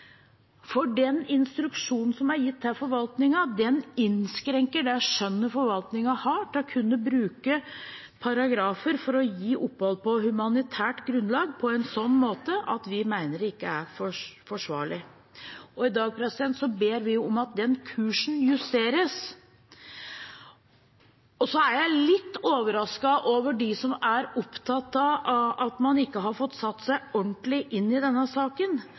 Den instruksjonen som er gitt til forvaltningen, innskrenker skjønnet forvaltningen har til å kunne bruke paragrafer til å gi opphold på humanitært grunnlag, på en sånn måte at vi mener det ikke er forsvarlig. I dag ber vi om at den kursen justeres. Jeg er litt overrasket over dem som er opptatt av at man ikke har fått satt seg ordentlig inn i denne saken.